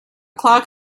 clock